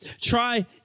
Try